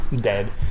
Dead